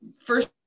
First